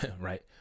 right